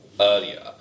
earlier